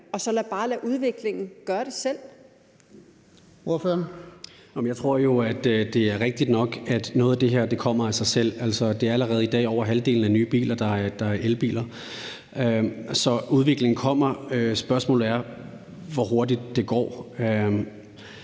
Kl. 14:17 Alexander Ryle (LA): Jeg tror jo, det er rigtigt nok, at noget af det her kommer af sig selv. Det er allerede i dag over halvdelen af nye biler, der er elbiler. Så udviklingen kommer. Spørgsmålet er, hvor hurtigt det går.